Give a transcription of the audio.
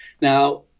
Now